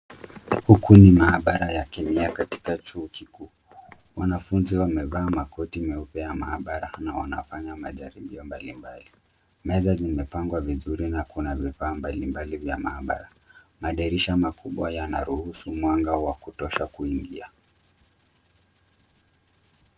Huku ni maabara ya kilea katika chuo kikuu . Wanafunzi wamevaa makoti meupe ya maabara na wanafanya majaribio mbali mbali. Meza zime pangwa vizuri na kuna vifaa mbali mbali vya maabara. Madirisha makubwa yana ruhusu mwanga wa kutosha kuingia.